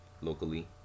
locally